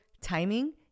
timing